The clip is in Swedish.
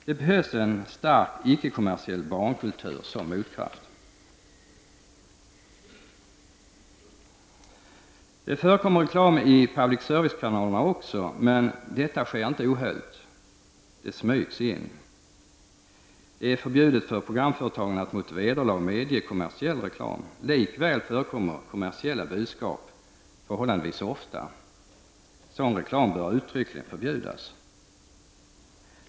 Det behövs en stark icke-kommersiell barnkultur som motkraft. Det förekommer reklam i public service-kanalerna också, men detta sker inte ohöljt. det smygs in. Det är förbjudet för programföretagen att mot vederlag medge kommersiell reklam. Likväl förekommer kommersiella budskap förhållandevis ofta. Sådan reklam bör uttryckligen förbjudas.